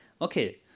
Okay